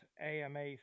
AMA